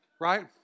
Right